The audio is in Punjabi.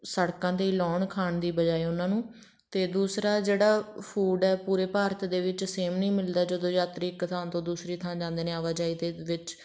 ਸੜਕਾਂ 'ਤੇ ਲਾਉਣ ਖਾਣ ਦੀ ਬਜਾਏ ਉਹਨਾਂ ਨੂੰ ਅਤੇ ਦੂਸਰਾ ਜਿਹੜਾ ਫੂਡ ਹੈ ਪੂਰੇ ਭਾਰਤ ਦੇ ਵਿੱਚ ਸੇਮ ਨਹੀਂ ਮਿਲਦਾ ਜਦੋਂ ਯਾਤਰੀ ਇੱਕ ਥਾਂ ਤੋਂ ਦੂਸਰੀ ਥਾਂ ਜਾਂਦੇ ਨੇ ਆਵਾਜਾਈ ਦੇ ਵਿੱਚ